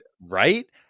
right